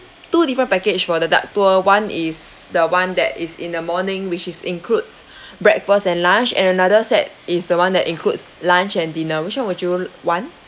two different package for the duck tour [one] is the one that is in the morning which is includes breakfast and lunch and another set is the one that includes lunch and dinner which [one] would you want